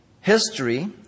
History